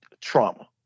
trauma